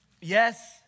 Yes